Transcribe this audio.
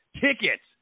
Tickets